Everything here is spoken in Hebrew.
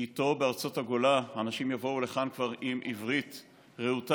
שאיתו מארצות הגולה אנשים יבואו לכאן כבר עם עברית רהוטה,